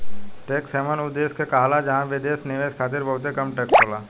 tax haven उ देश के कहाला जहां विदेशी निवेशक खातिर बहुते कम टैक्स होला